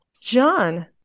John